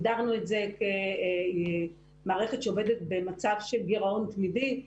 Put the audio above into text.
הגדרנו את זה כמערכת שעובדת במצב של גירעון תמידי.